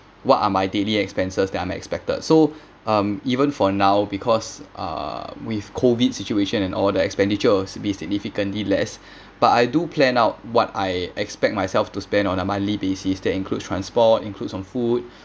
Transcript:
what are my daily expenses that are unexpected so um even for now because uh with COVID situation and all the expenditure was significantly less but I do plan out what I expect myself to spend on a monthly basis that includes transport includes on food